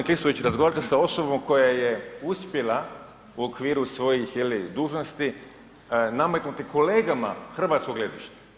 Prvo, g. Klisović, razgovarate sa osobom koja je uspjela u okviru svojih, je li, dužnosti, nametnuti kolegama hrvatsko gledište.